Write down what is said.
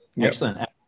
Excellent